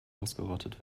ausgerottet